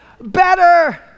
Better